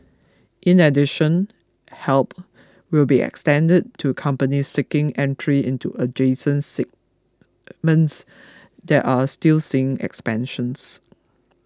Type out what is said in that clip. in addition help will be extended to companies seeking entry into adjacent segments that are still seeing expansions